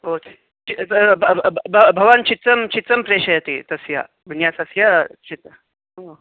ओ भवान् चित्रं चित्रं प्रेषयति तस्य विन्यासस्य चित्रम्